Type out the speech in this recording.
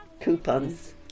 coupons